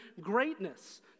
greatness